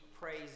praise